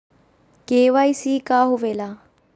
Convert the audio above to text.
KYC का होवेला?